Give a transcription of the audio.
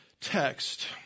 text